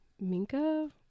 Minka